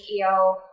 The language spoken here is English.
CEO